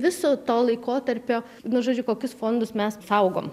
viso to laikotarpio nu žodžiu kokius fondus mes saugom